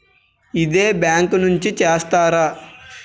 ఇదే బ్యాంక్ నుంచి చేస్తారా?